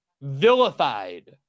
vilified